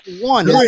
one